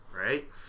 right